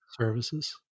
services